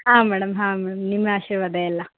ಹಾಂ ಮೇಡಮ್ ಹಾಂ ಮೇಡಮ್ ನಿಮ್ಮ ಆಶೀರ್ವಾದ ಎಲ್ಲ